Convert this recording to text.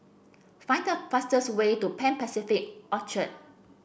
find the fastest way to Pan Pacific Orchard